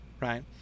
right